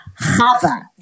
Chava